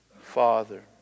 Father